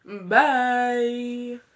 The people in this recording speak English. bye